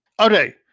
Okay